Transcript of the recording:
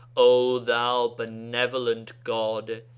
o thou benevolent god,